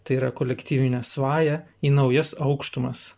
tai yra kolektyvinę svają į naujas aukštumas